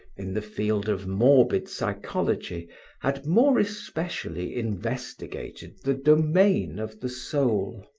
in the field of morbid psychology had more especially investigated the domain of the soul.